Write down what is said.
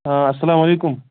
آ اَسلام علیکُم